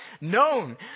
known